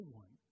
one